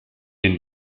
den